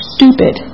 Stupid